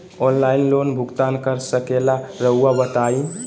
Online loan भुगतान कर सकेला राउआ बताई?